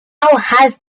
has